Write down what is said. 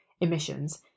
emissions